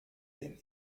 den